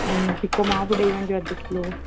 ऐं मूंखे सुको मावो बि ॾई वञिजो अधि किलो